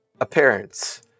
appearance